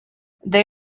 they